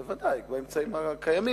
בוודאי, באמצעים הקיימים.